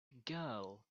girl